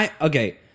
Okay